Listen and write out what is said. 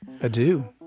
adieu